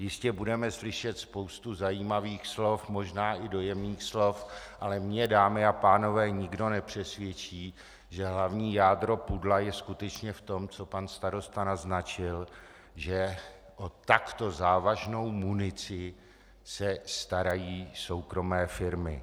Jistě budeme slyšet spoustu zajímavých slov, možná i dojemných slov, ale mě, dámy a pánové, nikdo nepřesvědčí, že hlavní jádro pudla je skutečně v tom, co pan starosta naznačil, že o takto závažnou munici se starají soukromé firmy.